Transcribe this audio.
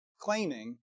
claiming